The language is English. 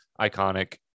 iconic